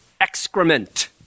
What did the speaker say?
excrement